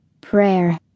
Prayer